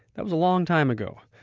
that was a long time ago.